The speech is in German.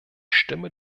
stimme